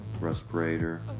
respirator